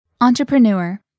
Entrepreneur